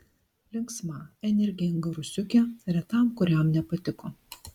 linksma energinga rusiukė retam kuriam nepatiko